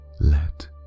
let